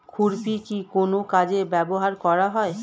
খুরপি কি কোন কাজে ব্যবহার করা হয়?